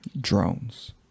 Drones